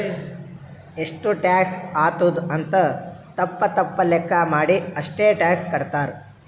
ಎಷ್ಟು ಟ್ಯಾಕ್ಸ್ ಆತ್ತುದ್ ಅಂತ್ ತಪ್ಪ ತಪ್ಪ ಲೆಕ್ಕಾ ಮಾಡಿ ಅಷ್ಟೇ ಟ್ಯಾಕ್ಸ್ ಕಟ್ತಾರ್